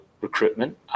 recruitment